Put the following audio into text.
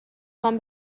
خوام